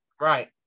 Right